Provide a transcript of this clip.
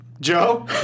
Joe